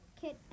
Kit